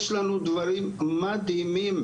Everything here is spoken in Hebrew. יש לנו דברים מדהימים,